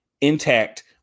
intact